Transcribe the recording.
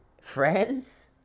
friends